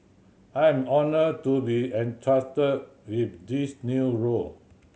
I am honoured to be entrusted with this new role